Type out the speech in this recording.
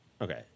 Okay